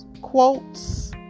quotes